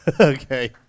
Okay